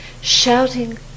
shouting